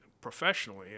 professionally